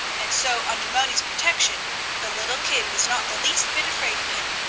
and so under moni's protection the little kid was not the least bit afraid of him.